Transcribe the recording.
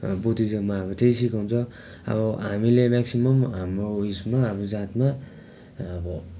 बुद्धिज्ममा अब त्यही सिकाउँछ अब हामीले म्याकसिमम् हाम्रो उइसमा अब जातमा अब